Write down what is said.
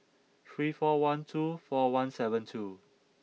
three four one two four one seven two